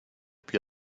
più